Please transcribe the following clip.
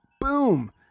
boom